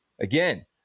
Again